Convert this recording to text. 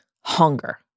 hunger